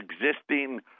existing